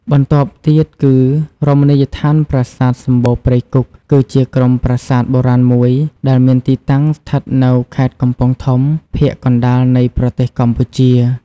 បន្ទាប់ទៀតគឺ រមណីយដ្ឋានប្រាសាទសំបូរព្រៃគុក គឺជាក្រុមប្រាសាទបុរាណមួយ ដែលមានទីតាំងស្ថិតនៅខេត្តកំពង់ធំ ភាគកណ្តាលនៃប្រទេសកម្ពុជា។